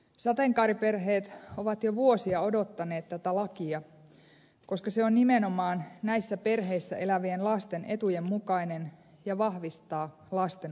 sateenkaariperheet ovat jo vuosia odottaneet tätä lakia koska se on nimenomaan näissä perheissä elävien lasten etujen mukainen ja vahvistaa lasten oikeuksia